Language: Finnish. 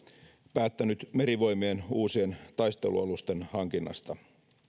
päättänyt merivoimien uusien taistelualusten hankinnasta